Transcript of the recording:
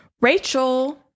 Rachel